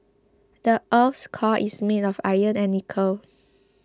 the earth's core is made of iron and nickel